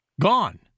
Gone